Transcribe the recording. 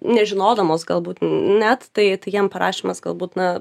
nežinodamos galbūt net tai tai jiem parašymas galbūt na